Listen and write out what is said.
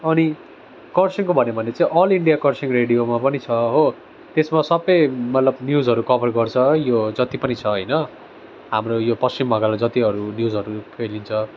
अनि कर्सियङको भन्ने भने चाहिँ अल इन्डिया कर्सियङ रेडियोमा पनि छ हो त्यसमा सबै मतलब न्युजहरू कभर गर्छ यो जति पनि छ होइन हाम्रो यो पश्चिम बङ्गालमा जतिहरू न्युजहरू फैलिन्छ